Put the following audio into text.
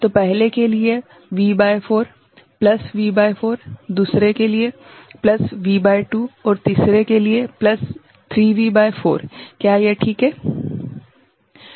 तो पहले के लिए यह V भागित 4 प्लस V भागित 4 दूसरे प्लस V भागित 2 और तीसरे प्लस 3V भागित 4 क्या यह ठीक है सही है